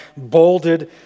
bolded